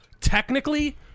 Technically